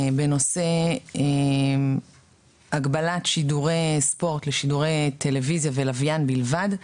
בנושא הגבלת שידורי ספורט לשידורי טלוויזיה ולווין בלבד,